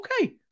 okay